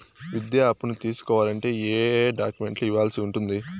విద్యా అప్పును తీసుకోవాలంటే ఏ ఏ డాక్యుమెంట్లు ఇవ్వాల్సి ఉంటుంది